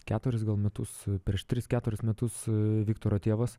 keturis gal metus prieš tris keturis metus viktoro tėvas